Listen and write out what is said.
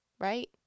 right